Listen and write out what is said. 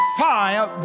fire